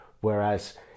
whereas